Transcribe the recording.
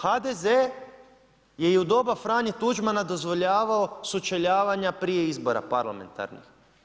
HDZ-e je i u doba Franje Tuđmana dozvoljavao sučeljavanja prije izbora parlamentarnih.